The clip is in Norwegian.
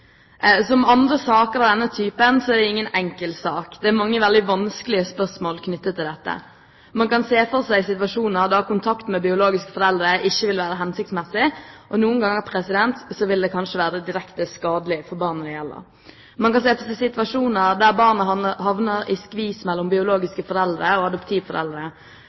Som andre saker av denne typen er dette ingen enkel sak. Det er mange veldig vanskelige spørsmål knyttet til dette. Man kan se for seg situasjoner da en kontakt med biologiske foreldre ikke vil være hensiktsmessig, og noen ganger vil det kanskje være direkte skadelig for barnet det gjelder. Man kan se for seg situasjoner der barn havner i skvis mellom biologiske foreldre og adoptivforeldre.